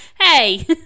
hey